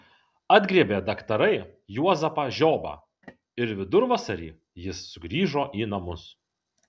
atgriebė daktarai juozapą žiobą ir vidurvasarį jis sugrįžo į namus